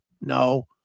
no